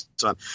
son